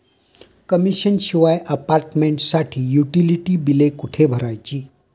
Commission शिवाय अपार्टमेंटसाठी utility बिले कुठे भरायची?